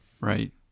Right